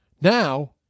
now